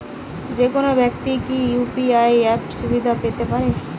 যেকোনো ব্যাক্তি কি ইউ.পি.আই অ্যাপ সুবিধা পেতে পারে?